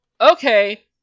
okay